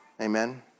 Amen